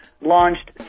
launched